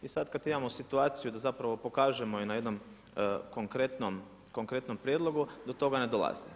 I sad kad imamo situaciju da zapravo pokažemo i na jednom konkretnom prijedlogu, do toga ne dolazi.